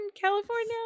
California